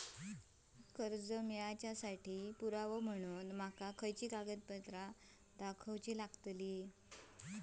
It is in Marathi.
कर्जा मेळाक साठी पुरावो म्हणून माका खयचो कागदपत्र दाखवुची लागतली?